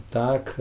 tak